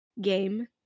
game